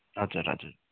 हजुर हजुर